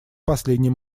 последний